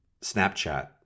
Snapchat